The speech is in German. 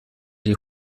die